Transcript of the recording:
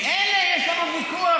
עם אלה יש לנו ויכוח,